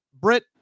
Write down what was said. Brit